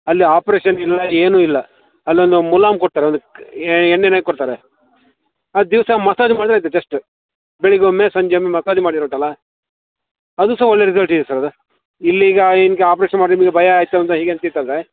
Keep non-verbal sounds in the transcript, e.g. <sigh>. ಅಲ್ಲಿ ಆಪರೇಷನ್ ಇಲ್ಲ ಏನೂ ಇಲ್ಲ ಅಲ್ಲೊಂದು ಮುಲಾಮು ಕೊಡ್ತಾರೆ ಒಂದು ಎಣ್ಣೆನ ಕೊಡ್ತಾರೆ ಅದು ದಿವಸ ಮಸಾಜ್ ಮಾಡಿದರೆ ಆಯ್ತು ಜಸ್ಟ್ ಬೆಳಿಗ್ಗೆ ಒಮ್ಮೆ ಸಂಜೆ ಒಮ್ಮೆ ಮಸಾಜ್ ಮಾಡಿದರೆ ಉಂಟಲ್ಲ ಅದು ಸಹ ಒಳ್ಳೆ ರಿಸಲ್ಟ್ ಇದೆ ಸರ್ ಅದು ಇಲ್ಲೀಗ ನಿಮಗೆ ಆಪರೇಷನ್ ಮಾಡಿ ನಿಮಗೆ ಭಯ ಆಯಿತು ಅಂತ <unintelligible>